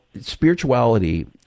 spirituality